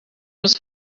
was